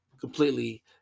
completely